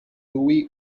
louis